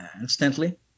instantly